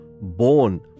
bone